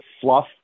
fluff